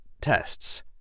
tests